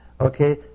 okay